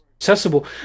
accessible